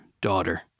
daughter